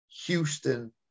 Houston